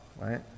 Right